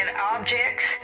objects